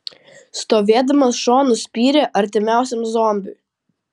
stovėdamas šonu spyrė artimiausiam zombiui